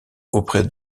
auprès